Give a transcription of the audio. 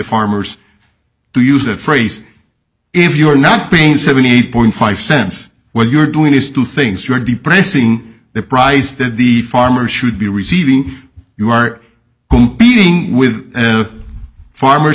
farmers to use that phrase if you're not paying seventy eight point five cents what you're doing is two things you're depressing the price that the farmer should be receiving you are competing with the farmers